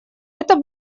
это